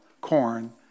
corn